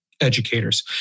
educators